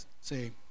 Say